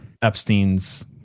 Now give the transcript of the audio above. Epstein's